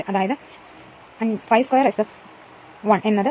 അതായത് 5 2 Sfl എന്ന് ഉള്ളത് 0